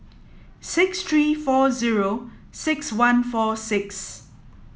six three four zero six one four six